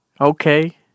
Okay